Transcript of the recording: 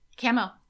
camo